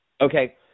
Okay